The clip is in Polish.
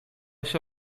się